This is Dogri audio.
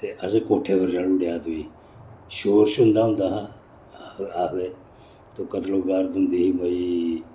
ते असें कोठे पर शौर्स उन्दा हुंदा हा आखदे ते कतलो गार्द हुंदी ही भाई